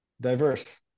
diverse